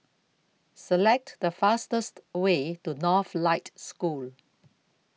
Select The fastest Way to Northlight School